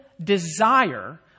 desire